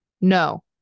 No